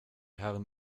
herren